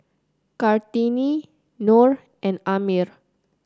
Kartini Nor and Ammir